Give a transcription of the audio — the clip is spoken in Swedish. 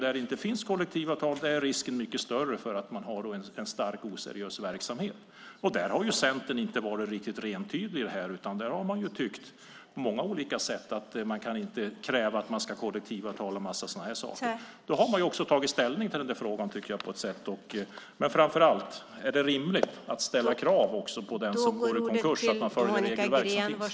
När det inte finns kollektivavtal är risken mycket större för en oseriös verksamhet. Där har ju Centern inte varit riktigt entydig utan på många olika sätt tyckt att man inte kan kräva kollektivavtal och annat sådant. Då har man också tagit ställning i frågan. Framför allt är emellertid frågan: Är det rimligt att ställa krav på att också den som går i konkurs ska följa de regelverk som finns?